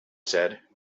said